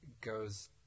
goes